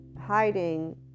hiding